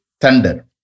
thunder